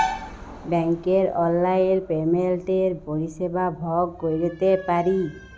ব্যাংকের অললাইল পেমেল্টের পরিষেবা ভগ ক্যইরতে পারি